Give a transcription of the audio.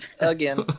Again